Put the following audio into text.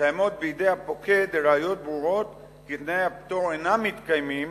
קיימות בידי הפוקד ראיות ברורות כי תנאי הפטור אינם מתקיימים,